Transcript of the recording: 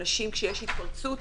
כשיש התפרצות,